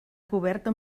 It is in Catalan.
coberta